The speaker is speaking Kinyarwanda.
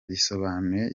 bisobanuye